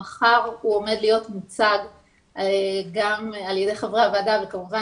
שמחר הוא עומד להיות מוצג גם על ידי חברי הוועדה וכמובן